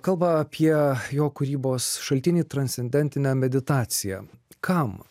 kalba apie jo kūrybos šaltinį transcendentinę meditaciją kam